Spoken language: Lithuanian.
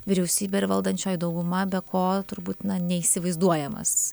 vyriausybė ir valdančioji dauguma be ko turbūt neįsivaizduojamas